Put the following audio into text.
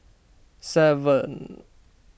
seven